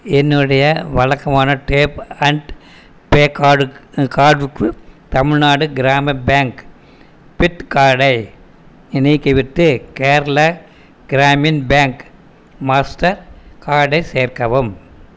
என்னுடைய வழக்கமான tap and pay கார்டுக் கார்டுக்கு தமிழ்நாடு கிராம பேங்க் பிட் கார்டை நீக்கிவிட்டு கேரளா கிராமின் பேங்க் மாஸ்டர் கார்டை சேர்க்கவும்